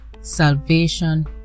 salvation